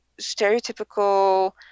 stereotypical